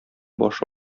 башы